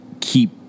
keep